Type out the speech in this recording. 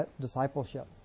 discipleship